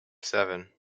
seven